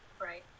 Right